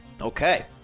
Okay